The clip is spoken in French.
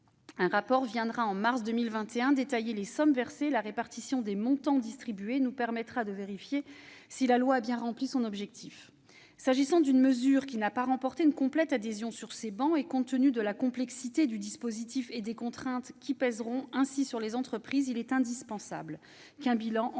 Un rapport viendra, en mars 2021, détailler les sommes versées et la répartition des montants distribués. Cela nous permettra de vérifier si la loi a bien rempli son objectif. S'agissant d'une mesure qui n'a pas remporté une complète adhésion sur ces travées, et compte tenu de la complexité du dispositif et des contraintes qui pèseront sur les entreprises, il est indispensable qu'un bilan en soit